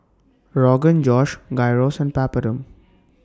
Rogan Josh Gyros and Papadum